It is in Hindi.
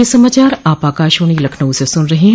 ब्रे क यह समाचार आप आकाशवाणी लखनऊ से सुन रहे हैं